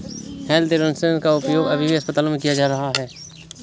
health insurance का उपयोग सभी अस्पतालों में किया जा रहा है